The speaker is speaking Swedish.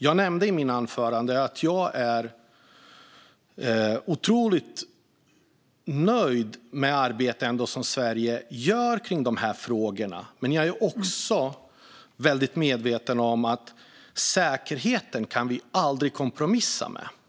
Jag sa i mitt anförande att jag är otroligt nöjd med det arbete som Sverige gör i de här frågorna, men jag är medveten om att vi aldrig kan kompromissa med säkerheten.